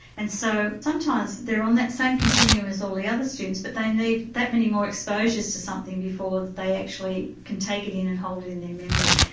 and so. sometimes they're on that same continuum as all the other students but they and need that many more exposures to something before they actually can take it in and hold it in their memory.